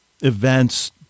events